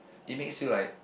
it makes you like